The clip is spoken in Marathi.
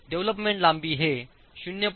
डेव्हलपमेंट लांबी हे 0